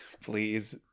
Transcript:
please